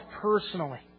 personally